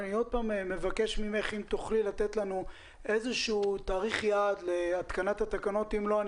אם תוכלי לתת לנו איזשהו תאריך יעד להתקנת התקנות ואם לא,